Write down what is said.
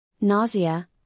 Nausea